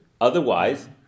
otherwise